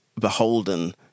beholden